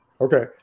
Okay